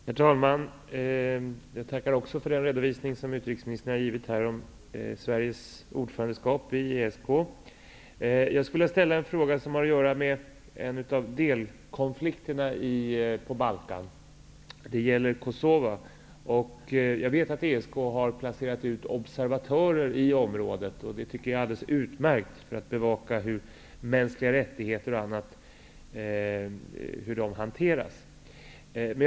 Herr talman! Jag tackar också för den redovisning som utrikesministern har givit om Sveriges ordförandeskap i ESK. Jag skulle vilja ställa en fråga som har att göra med en av delkonflikterna på Balkan. Det gäller Kosova. Jag vet att ESK har placerat ut observatörer i området för att bevaka hur mänskliga rättigheter och annat hanteras. Det tycker jag är alldeles utmärkt.